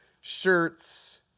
Shirts